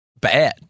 bad